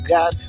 God